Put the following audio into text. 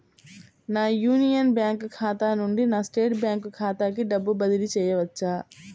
నా union bank ఖాతా నుండి నా స్టేట్ బ్యాంకు ఖాతాకి డబ్బు బదిలి చేయవచ్చా?